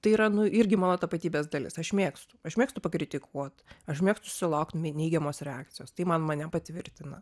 tai yra nu irgi mano tapatybės dalis aš mėgstu aš mėgstu pakritikuot aš mėgstu susilaukt nei neigiamos reakcijos tai man mane patvirtina